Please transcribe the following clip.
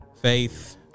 Faith